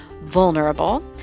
vulnerable